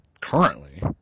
currently